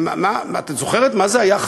את זוכרת מה זה היה,